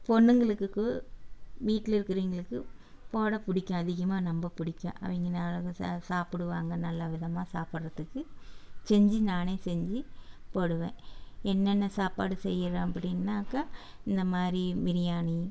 பொண்ணுங்களுக்கு வீட்டில் இருக்கிறவங்களுக்கு போட பிடிக்கும் அதிகமாக ரொம்ப பிடிக்கும் அவங்க சாப்பிடுவாங்க நல்ல விதமாக சாப்பிடறதுக்கு செஞ்சு நானே செஞ்சு போடுவேன் என்னென்ன சாப்பாடு செய்கிறேன் அப்படினாக்க இந்த மாதிரி பிரியாணி